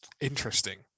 Interesting